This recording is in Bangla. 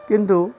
কিন্তু